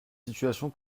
situation